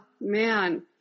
man